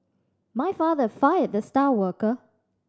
my father fired the star worker